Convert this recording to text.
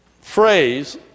phrase